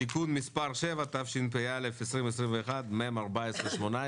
(תיקון מס' 7), התשפ"א-2021, מ/1418.